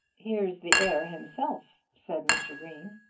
here's the heir himself, said mr. green.